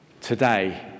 Today